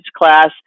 class